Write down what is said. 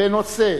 בנושא: